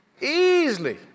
easily